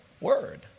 word